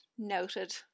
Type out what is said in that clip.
Noted